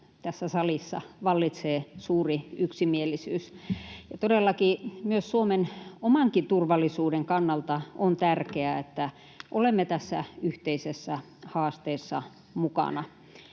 tässä salissa vallitsee suuri yksimielisyys. Todellakin myös Suomen omankin turvallisuuden kannalta on tärkeää, että olemme tässä yhteisessä haasteessa mukana.